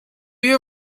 you